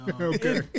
Okay